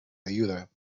ayuda